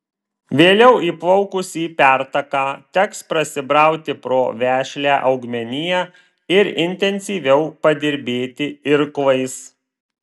vėliau įplaukus į pertaką teks prasibrauti pro vešlią augmeniją ir intensyviau padirbėti irklais